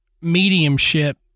mediumship